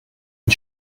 den